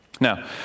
Now